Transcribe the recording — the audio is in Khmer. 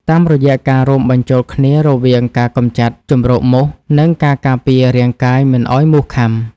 តាមរយៈការរួមបញ្ចូលគ្នារវាងការកម្ចាត់ជម្រកមូស និងការការពាររាងកាយមិនឱ្យមូសខាំ។